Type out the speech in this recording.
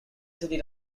city